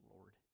Lord